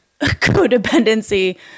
codependency